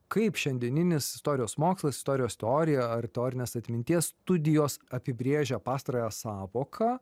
kaip šiandieninis istorijos mokslas istorijos teorija ar teorinės atminties studijos apibrėžia pastarąją sąvoką